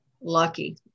lucky